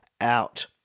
out